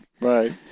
right